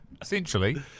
Essentially